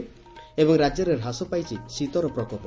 ଏବଂ ରାକ୍ୟରେ ହ୍ରାସ ପାଇଛି ଶୀତର ପ୍ରକୋପ